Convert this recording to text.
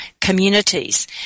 communities